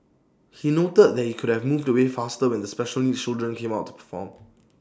he noted that he could have moved away faster when the special needs children came out to perform